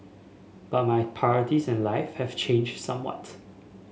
but my priorities in life have changed somewhat